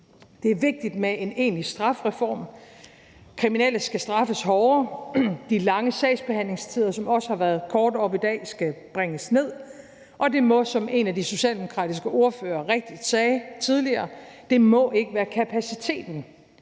Det er vigtigt med en egentlig strafreform. Kriminelle skal straffes hårdere, de lange sagsbehandlingstider, som også kort har været oppe i dag, skal bringes ned, og det må ikke, som en af de socialdemokratiske ordførere rigtigt sagde tidligere, være kapaciteten